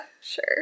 sure